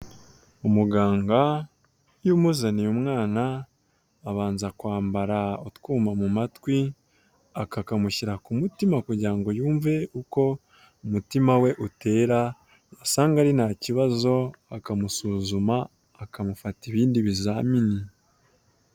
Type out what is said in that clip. Umuganga iyo umuzaniye umwana, abanza kwambara utwuma mu matwi, akakamushyira ku mutima, kugira ngo yumve uko umutima we utera, yasanga ari nta kibazo, akamusuzuma, akamufata ibindi bizamini.